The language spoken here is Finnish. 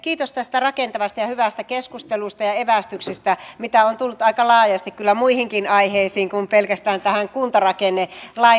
kiitos tästä rakentavasta ja hyvästä keskustelusta ja evästyksistä mitä on tullut aika laajasti kyllä muihinkin aiheisiin kuin pelkästään tähän kuntarakennelain muutokseen